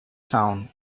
town